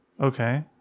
Okay